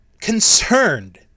concerned